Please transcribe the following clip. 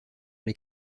les